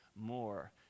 more